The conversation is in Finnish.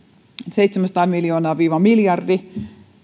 seitsemänsataa miljoonaa yksi miljardi